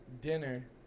Dinner